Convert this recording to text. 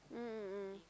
mm mm mm